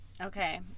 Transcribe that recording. Okay